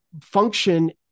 function